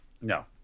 No